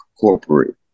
corporate